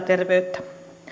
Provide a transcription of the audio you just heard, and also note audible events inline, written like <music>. <unintelligible> terveyttä